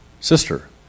sister